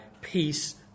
peace